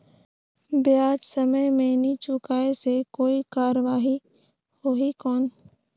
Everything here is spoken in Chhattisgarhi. ब्याज समय मे नी चुकाय से कोई कार्रवाही होही कौन?